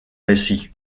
récit